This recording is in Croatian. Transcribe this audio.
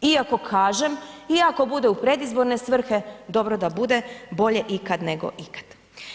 Iako kažem, iako bude u predizborne svrhe dobro da bude, bolje ikad nego ikad.